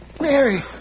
Mary